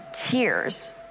tears